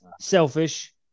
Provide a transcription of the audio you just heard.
selfish